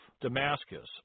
Damascus